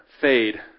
fade